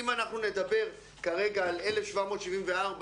אם אנחנו נדבר כרגע על 1,774,